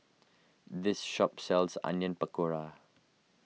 this shop sells Onion Pakora